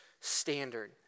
standard